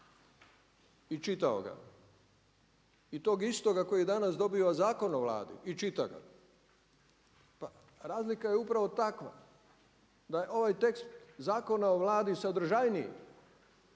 i čitao ga i tog istoga koji je danas dobio Zakon o Vladi i čita ga, pa razlika je upravo takva da je ovaj tekst Zakona o Vladi sadržajniji